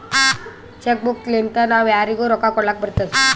check book ಲಿಂತಾ ನಾವೂ ಯಾರಿಗ್ನು ರೊಕ್ಕಾ ಕೊಡ್ಲಾಕ್ ಬರ್ತುದ್